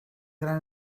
gran